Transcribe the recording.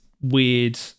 weird